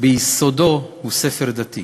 ביסודו הוא ספר דתי.